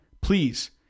please